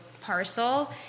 parcel